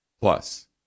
Plus